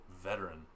veteran